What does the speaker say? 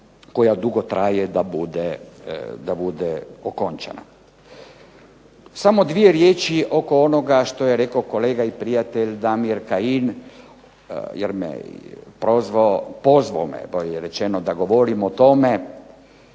koja dugo traje da bude okončana. Samo dvije riječi oko onoga što je rekao kolega i prijatelj Damir Kajin, jer me prozvao, pozvao me bolje rečeno da govorim o tome